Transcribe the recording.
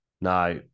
Now